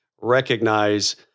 recognize